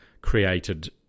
created